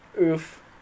Oof